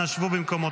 אנא שבו במקומותיכם,